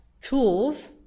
Tools